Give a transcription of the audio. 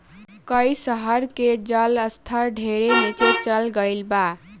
कई शहर के जल स्तर ढेरे नीचे चल गईल बा